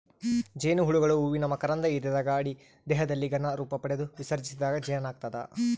ಜೇನುಹುಳುಗಳು ಹೂವಿನ ಮಕರಂಧ ಹಿರಿದಾಗ ಅಡಿ ದೇಹದಲ್ಲಿ ಘನ ರೂಪಪಡೆದು ವಿಸರ್ಜಿಸಿದಾಗ ಜೇನಾಗ್ತದ